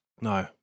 No